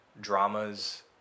dramas